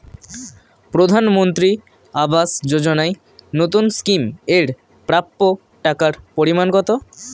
প্রধানমন্ত্রী আবাস যোজনায় নতুন স্কিম এর প্রাপ্য টাকার পরিমান কত?